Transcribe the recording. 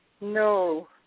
No